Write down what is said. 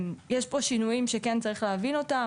יש פה שינויים שכן צריך להבין אותם,